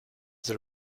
the